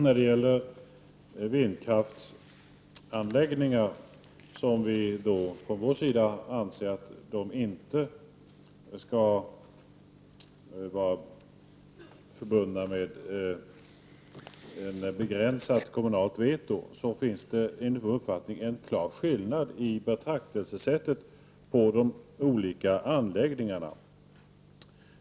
Fru talman! Vindkraftsanläggningar anser vi från vår sida inte skall vara förbundna med ett begränsat kommunalt veto. Det finns enligt vår uppfattning en skillnad i betraktelsesättet på de olika anläggningarna.